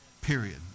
period